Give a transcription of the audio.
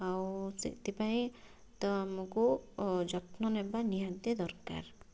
ଆଉ ସେଥିପାଇଁ ତ ଆମକୁ ଯତ୍ନ ନେବା ନିହାତି ଦରକାର